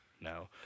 no